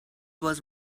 was